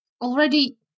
already